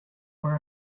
were